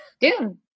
Doom